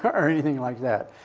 or anything like that.